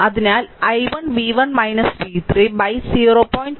അതിനാൽ i1 v1 v3 by 0